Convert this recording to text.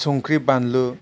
संख्रि बानलु